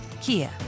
Kia